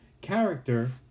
character